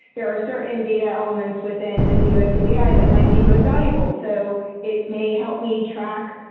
there are certain data elements within the ufc di that might be most valuable. so it may help me track.